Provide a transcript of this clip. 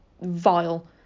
vile